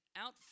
out